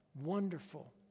wonderful